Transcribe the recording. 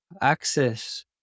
access